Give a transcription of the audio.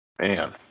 man